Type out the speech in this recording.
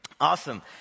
Awesome